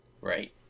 Right